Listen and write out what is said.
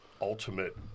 ultimate